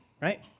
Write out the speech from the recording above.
right